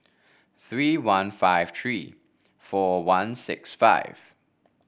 three nine five three four one six five